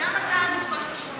גם אתה אל תתפוס פטרונות על הצפון.